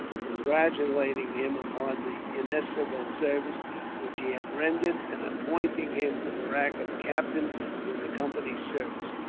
congratulating him upon the inestimable service which he had rendered, and appointing him to the rank of captain in the company's service.